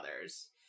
others